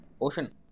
ocean